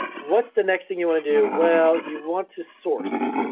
what's the next thing you wanna do? well, you want to source.